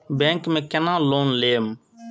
Bank में केना loan लेम?